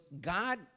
God